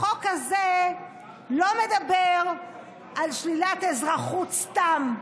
החוק הזה לא מדבר על שלילת אזרחות סתם,